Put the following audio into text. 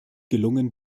gelungen